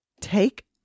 Take